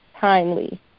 timely